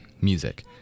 music